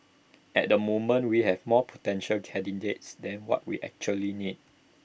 at the moment we have more potential candidates than what we actually need